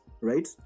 right